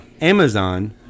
Amazon